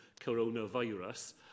coronavirus